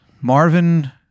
Marvin